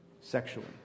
sexually